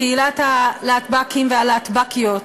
קהילת הלהטב"קים והלהטב"קיות.